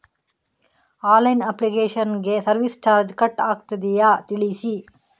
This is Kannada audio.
ಆನ್ಲೈನ್ ಅಪ್ಲಿಕೇಶನ್ ಗೆ ಸರ್ವಿಸ್ ಚಾರ್ಜ್ ಕಟ್ ಆಗುತ್ತದೆಯಾ ತಿಳಿಸಿ?